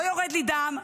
לא יורד לי דם,